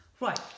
Right